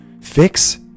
fix